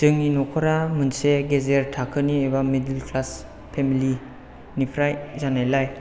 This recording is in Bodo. जोंनि न'खरा मोनसे गेजेर थाखोनि एबा मिदिल क्लास फेमिलिनिफ्राय जानायलाय